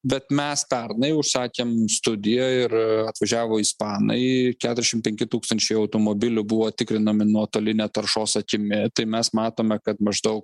bet mes pernai užsakėm studiją ir atvažiavo ispanai keturiasdešim penki tūkstančiai automobilių buvo tikrinami nuotoline taršos akimi tai mes matome kad maždaug